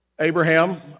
Abraham